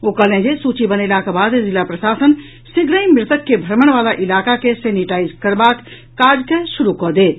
ओ कहलनि जे सूची बनेलाक बाद जिला प्रशासन शीघ्रहि मृतक के भ्रमण वला इलाका के सेनिटाईज करबाक काज के शुरू कऽ देत